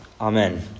amen